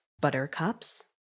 buttercups